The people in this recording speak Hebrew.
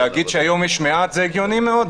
לומר שהיום יש מעט זה הגיוני מאוד.